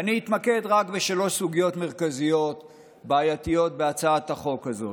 ואני אתמקד רק בשלוש סוגיות מרכזיות בעיתיות בהצעת החוק הזאת.